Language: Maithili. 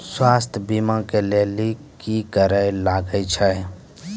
स्वास्थ्य बीमा के लेली की करे लागे छै?